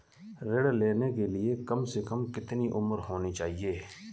ऋण लेने के लिए कम से कम कितनी उम्र होनी चाहिए?